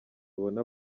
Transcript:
ubona